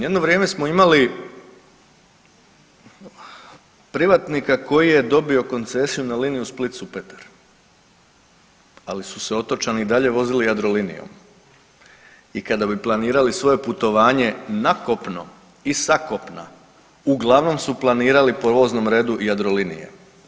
Jedno vrijeme smo imali privatnika koji je dobio koncesiju na liniju Split – Supetar ali su se otočani i dalje vozili Jadrolinijom i kada bi planirali svoje putovanje na kopno i sa kopna uglavnom su planirali po voznom redu Jadrolinije.